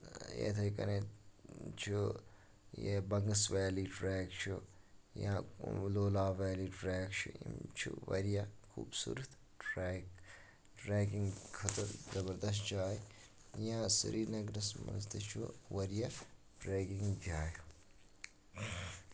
یِتھٕے کٔنۍ چھُ یہِ بنگس ویلی ٹریک چھُ یا لولاب ویلی ٹریک چھُ یِم چھِ واریاہ خوٗبصوٗرت ٹریک ٹریکِنگ خٲطرٕ زَبرداست جاے یا سری نگرَس منٛز تہِ چھُ واریاہ ٹریکِنگ جایہِ